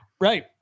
right